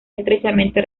estrechamente